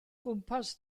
gwmpas